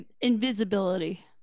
invisibility